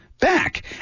back